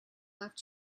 left